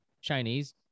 Chinese